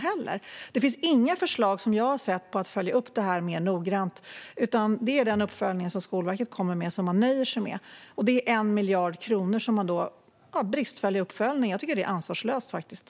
Vad jag har sett finns det inga förslag på att följa upp detta mer noggrant, utan man nöjer sig med den uppföljning som Skolverket kommer med. Det är 1 miljard kronor som får bristfällig uppföljning - jag tycker att det är ansvarslöst.